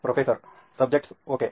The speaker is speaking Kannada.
professor subjects okay